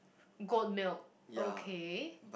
goat milk okay